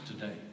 today